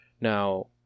now